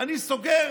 אני סוגר